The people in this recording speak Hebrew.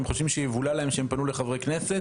הם חושבים שיבולע להם שפנו לחברי כנסת.